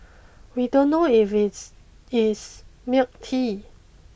we don't know if it's is milk tea